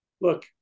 look